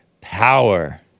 power